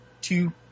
two